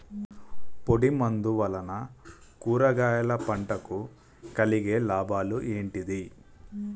పొడిమందు వలన కూరగాయల పంటకు కలిగే లాభాలు ఏంటిది?